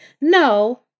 no